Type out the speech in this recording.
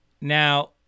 Now